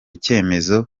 cyemezo